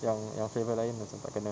yang yang flavour lain macam tak kena